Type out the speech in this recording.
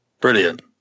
Brilliant